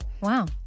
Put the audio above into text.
Wow